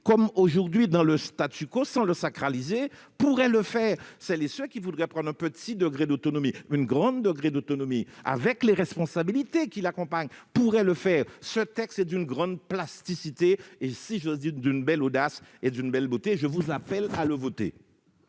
comme aujourd'hui dans le, sans le sacraliser, pourraient le faire. Celles et ceux qui voudraient prendre un petit degré ou un grand degré d'autonomie, avec les responsabilités qui l'accompagnent, pourraient le faire. Ce texte est d'une grande plasticité, d'une belle audace et d'une grande beauté : je vous appelle à le voter.